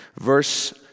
verse